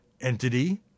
entity